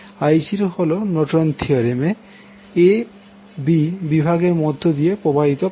I0 হল Norton theorem এ a b বিভাগের মধ্য দিয়ে প্রবাহিত কারেন্ট